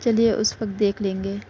چلیے اس وقت دیکھ لیں گے